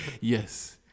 Yes